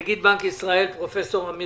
העסקים שפתחו בשנת 2020, מחודש מארס